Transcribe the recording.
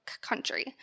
country